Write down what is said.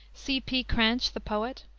c. p. cranch, the poet,